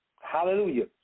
Hallelujah